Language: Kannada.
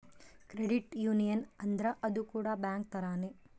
ಕ್ರೆಡಿಟ್ ಯೂನಿಯನ್ ಅಂದ್ರ ಅದು ಕೂಡ ಬ್ಯಾಂಕ್ ತರಾನೇ